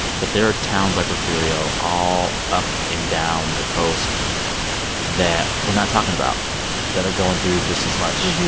but there are towns like refugio all up and down the coast that we're not talking about that are going through just as much,